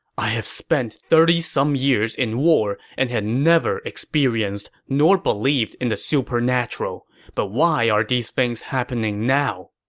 i have spent thirty some years in war and had never experienced nor believed in the supernatural, but why are these things happening now?